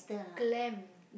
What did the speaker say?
clam